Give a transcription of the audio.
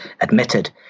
admitted